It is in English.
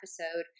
episode